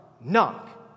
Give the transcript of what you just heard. Knock